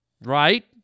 right